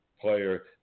player